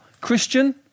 Christian